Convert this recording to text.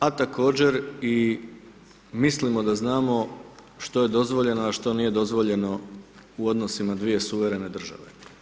A također mislimo da znamo što je dozvoljeno, a što nije dozvoljeno u odnosima dvije suverene države.